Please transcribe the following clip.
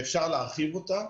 ואפשר להרחיב אותה.